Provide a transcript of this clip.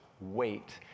Wait